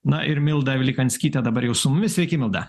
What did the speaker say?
na ir milda vilikanskytė dabar jau su mumis sveiki milda